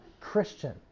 Christian